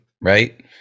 right